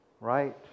Right